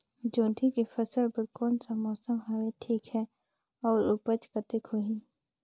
जोंदरी के फसल बर कोन सा मौसम हवे ठीक हे अउर ऊपज कतेक होही?